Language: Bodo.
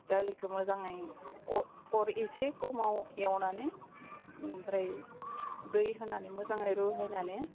दालिखौ मोजाङै अह अर एसे खमाव एवनानै ओमफ्राय दै होनानै मोजाङै रुहायनानै